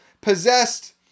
possessed